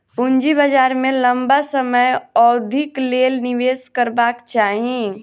पूंजी बाजार में लम्बा समय अवधिक लेल निवेश करबाक चाही